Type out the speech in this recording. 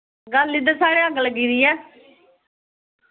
गल्ल इद्धर साढ़े अग्ग लग्गी दी ऐ